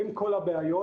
אם כל הבעיות,